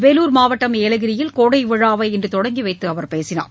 வேலூர் மாவட்டம் ஏலகிரியில் கோடை விழாவை இன்று தொடங்கிவைத்து அவர் பேசினார்